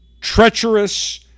treacherous